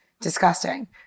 disgusting